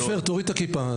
עופר, תוריד את הכיפה.